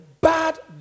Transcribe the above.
bad